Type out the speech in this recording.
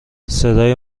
صدای